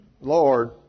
Lord